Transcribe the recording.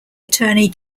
attorney